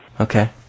Okay